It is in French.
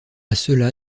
cela